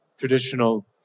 traditional